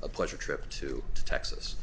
a pleasure trip to texas